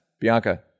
Bianca